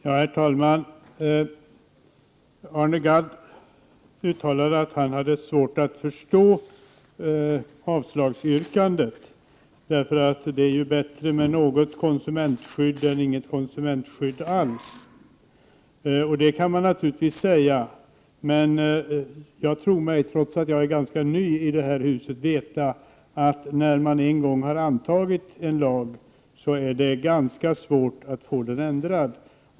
Herr talman! Arne Gadd uttalade att han hade svårt att förstå avslagsyrkandet, för det är ju bättre med något konsumentskydd än inget konsumentskydd alls. Det kan man naturligtvis säga. Men jag tror mig veta, trots att jag är rätt ny i det här huset, att när man en gång har antagit en lag så är det ganska svårt att få den ändrad.